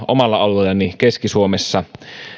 omalla alueellani keski suomessa